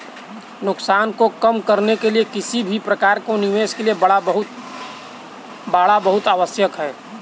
नुकसान को कम करने के लिए किसी भी प्रकार के निवेश के लिए बाड़ा बहुत आवश्यक हैं